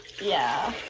yeah.